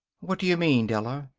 what do you mean, della?